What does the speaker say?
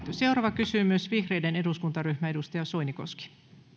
seuraava kysymys vihreiden eduskuntaryhmä edustaja soinikoski